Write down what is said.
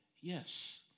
yes